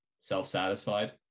self-satisfied